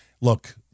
Look